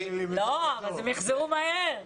לא, אבל אז הם יחזרו מהר.